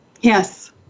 Yes